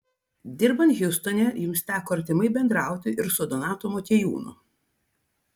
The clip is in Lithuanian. dirbant hjustone jums teko artimai bendrauti ir su donatu motiejūnu